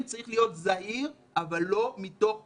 שצריכים להיות זהירים אבל לא מתוך פחד.